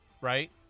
right